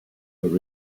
there